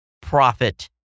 profit